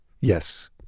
Yes